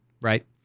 Right